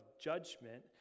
judgment